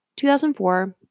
2004